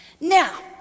Now